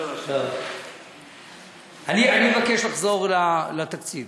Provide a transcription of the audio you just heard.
אני מבקש לחזור לתקציב.